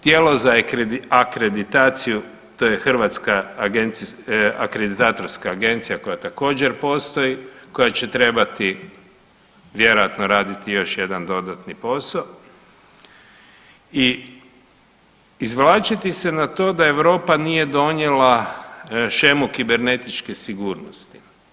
Tijelo za akreditaciju to je Hrvatska akreditatorska agencija koja također postoji, koja će trebati vjerojatno raditi još jedan dodatni posao i izvlačiti se na to da Europa nije donijela shemu kibernetičke sigurnosti.